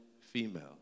female